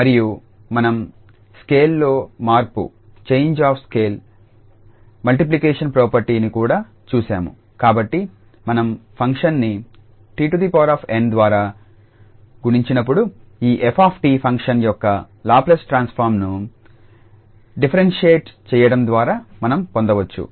మరియు మనం స్కేల్ లో మార్పు change of scale multiplication property ని కూడా చూసాము కాబట్టి మనం ఫంక్షన్ని 𝑡𝑛 ద్వారా గుణించినప్పుడు ఈ f𝑡 ఫంక్షన్ యొక్క లాప్లేస్ ట్రాన్స్ఫార్మ్ను డిఫరెన్షియేట్ చేయడం ద్వారా మనం పొందవచ్చు